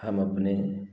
हम अपने